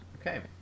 okay